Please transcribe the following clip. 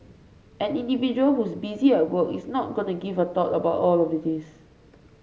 an individual who's busy at work is not going to give a thought about all of this